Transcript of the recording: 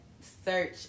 search